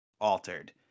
altered